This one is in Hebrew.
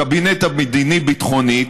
הקבינט המדיני-ביטחוני,